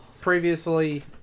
previously